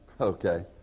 Okay